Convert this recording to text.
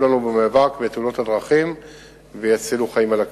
לנו במאבק בתאונות הדרכים ויצילו חיים על הכבישים.